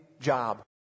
job